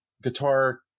guitar